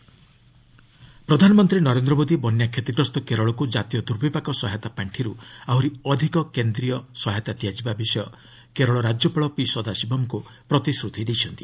PM Kerala ପ୍ରଧାନମନ୍ତ୍ରୀ ନରେନ୍ଦ୍ର ମୋଦି ବନ୍ୟା କ୍ଷତିଗ୍ରସ୍ତ କେରଳକୁ ଜାତୀୟ ଦୁର୍ବିପାକ ସହାୟତା ପାଷ୍ଠିରୁ ଆହୁରି ଅଧିକ କେନ୍ଦ୍ରୀୟ ସହାୟତା ଦିଆଯିବା ବିଷୟ କେରଳ ରାଜ୍ୟପାଳ ପି ସଦାଶିବମ୍ଙ୍କୁ ପ୍ରତିଶ୍ରତି ଦେଇଛନ୍ତି